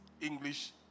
English